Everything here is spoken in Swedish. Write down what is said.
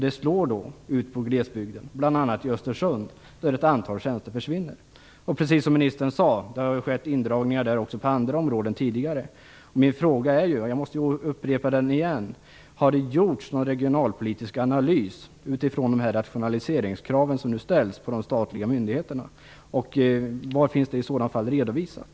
Detta slår mot glesbygden, bl.a. i Östersund där ett antal tjänster försvinner. Precis som ministern sade har det där skett indragningar tidigare på andra områden. Jag måste åter upprepa min fråga: Har det gjorts någon regionalpolitisk analys utifrån de rationaliseringskrav som nu ställs på de statliga myndigheterna och var finns det i så fall redovisat?